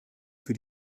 für